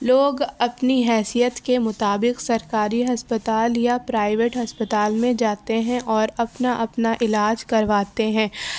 لوگ اپنی حیثیت کے مطابق سرکاری ہسپتال یا پرائیوٹ ہسپتال میں جاتے ہیں اور اپنا اپنا علاج کرواتے ہیں